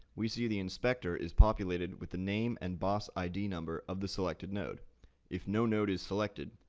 we see the inspector is populated with the name and boss id number of the selectednode. if no node is selected,